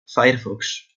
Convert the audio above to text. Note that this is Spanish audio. firefox